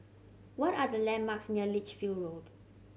what are the landmarks near Lichfield Road